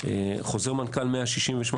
חוזר מנכ"ל 168,